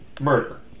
murder